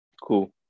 Cool